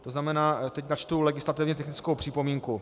To znamená, teď načtu legislativně technickou připomínku.